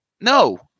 No